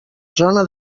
zona